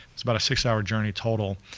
it's about a six hour journey total.